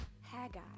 Haggai